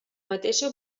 mateixa